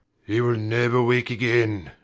he will never wake again.